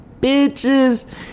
bitches